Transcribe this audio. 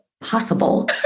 possible